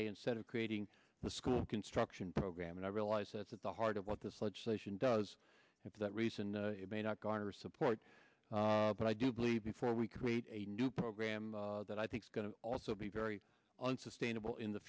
idea instead of creating the school construction program and i realize that's at the heart of what this legislation does and for that reason it may not garner support but i do believe before we create a new program that i think is going to also be very unsustainable in the